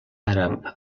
àrab